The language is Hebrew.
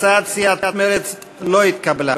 הצעת סיעת מרצ לא התקבלה.